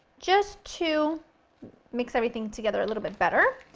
just to mix everything together a little bit better.